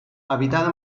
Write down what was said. habitada